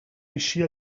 eixir